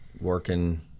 working